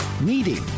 meeting